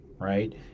right